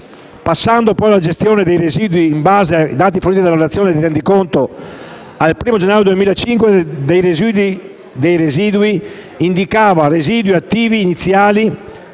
Passando poi alla gestione dei residui, in base ai dati forniti nella relazione al Rendiconto, al 1° gennaio 2015 il conto dei residui indicava residui attivi iniziali,